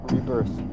Rebirth